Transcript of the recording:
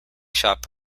shop